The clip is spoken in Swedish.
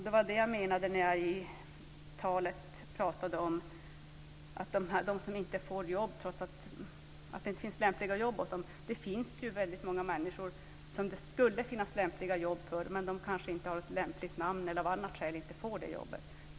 Det var det jag menade när jag pratade om dem som inte får jobb trots att det finns lämpliga jobb åt dem. Det finns ju väldigt många människor som det skulle finnas lämpliga jobb åt men som kanske inte har ett lämpligt namn eller av andra skäl inte får jobbet.